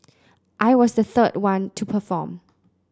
I was the third one to perform